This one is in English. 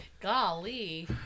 Golly